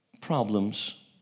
problems